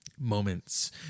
moments